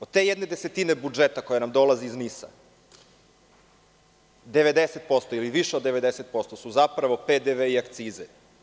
Od te jedne desetine budžeta koja nam dolazi, 90% ili više od 90% su zapravo PDV i akcize.